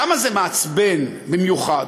למה זה מעצבן במיוחד?